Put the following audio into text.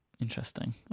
Interesting